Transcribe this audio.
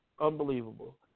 Unbelievable